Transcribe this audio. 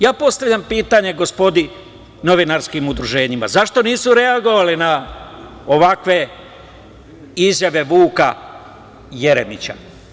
Ja postavljam pitanje gospodi novinarskim udruženjima - zašto nisu reagovali na ovakve izjave Vuka Jeremića?